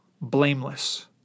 blameless